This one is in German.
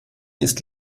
ist